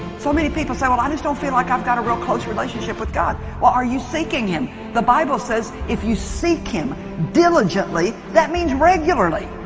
so many people say well, i just don't feel like i've got a real close relationship with god well, are you seeking him? the bible says if you seek him diligently that means regularly